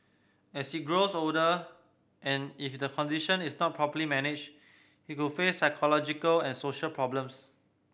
as he grows older and if the condition is not properly managed he could face psychological and social problems